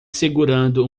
segurando